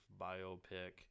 biopic